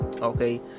okay